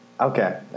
Okay